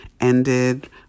ended